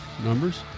Numbers